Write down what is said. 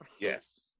yes